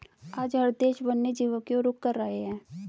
आज हर देश वन्य जीवों की और रुख कर रहे हैं